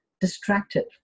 distracted